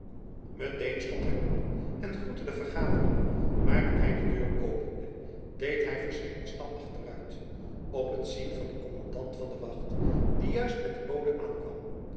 met-een stond hy op en groette de vergadering maar toen hy de deur opende deed hy verschrikt een stap achteruit op het zien van den kommandant van de wacht die juist met den bode aankwam